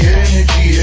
energy